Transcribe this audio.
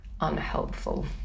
unhelpful